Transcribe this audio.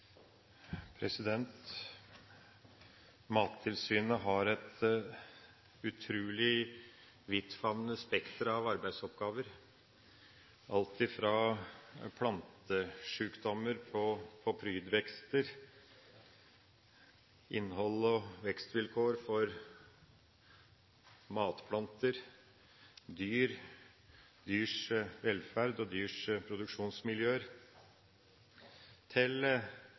gjøres. Mattilsynet har et utrolig vidtfavnende spekter av arbeidsoppgaver, alt fra plantesjukdommer på prydvekster, innhold og vekstvilkår for matplanter, dyr, dyrs velferd og dyrs produksjonsmiljøer til